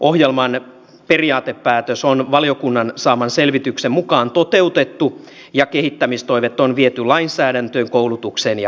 ohjelman periaatepäätös on valiokunnan saaman selvityksen mukaan toteutettu ja kehittämistoimet on viety lainsäädäntöön koulutukseen ja käytäntöihin